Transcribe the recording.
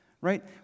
right